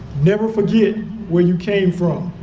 never forget where you came from.